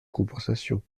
compensation